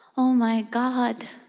oh, my god,